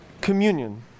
communion